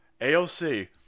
AOC